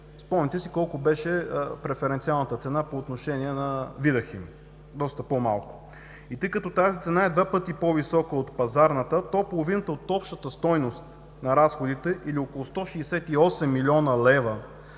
Спомняте си колко беше преференциалната цена по отношение на „Видахим“ – доста по-малка. Тъй като тази цена е два пъти по-висока от пазарната, половината от общата стойност на разходите или около 168 млн. лв.